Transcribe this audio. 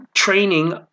training